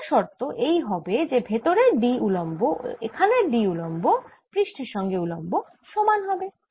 সীমানা শর্ত এই হবে যে ভেতরের D উলম্ব ও এখানের D উলম্ব পৃষ্ঠের সঙ্গে উলম্ব সমান হবে